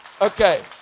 Okay